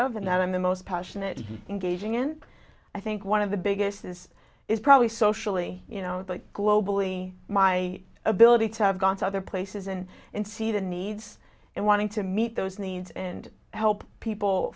of and i'm the most passionate engaging in i think one of the biggest this is probably socially you know but globally my ability to have gone to other places and and see the needs and wanting to meet those needs and help people